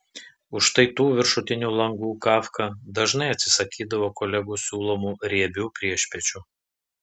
už štai tų viršutinių langų kafka dažnai atsisakydavo kolegų siūlomų riebių priešpiečių